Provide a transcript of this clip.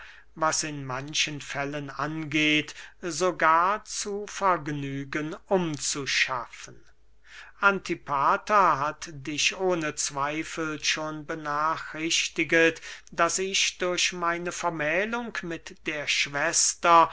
was in manchen fällen angeht sogar zu vergnügen umzuschaffen antipater hat dich ohne zweifel schon benachrichtigst daß ich durch meine vermählung mit der schwester